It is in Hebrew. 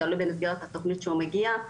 תלוי במסגרת התוכנית שהעולה מגיע.